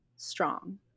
strong